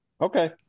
Okay